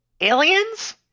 Aliens